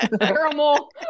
caramel